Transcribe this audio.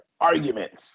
arguments